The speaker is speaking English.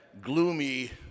gloomy